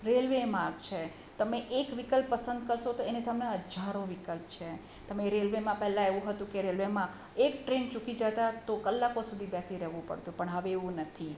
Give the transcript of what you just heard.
railway માર્ગ છે તમે એક વિકલ્પ પસંદ કરશો તો એની સામે હજારો વિકલ્પ છે તમે રેલ્વેમાં પહેલાં એવું હતું કે રેલ્વેમાં એક ટ્રેન ચૂકી જતા તો કલાકો સુધી બેસી રહેવું પડતું પણ હવે એવું નથી